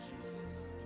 Jesus